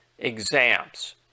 exams